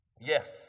Yes